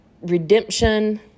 redemption